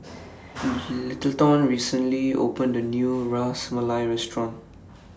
Littleton recently opened A New Ras Malai Restaurant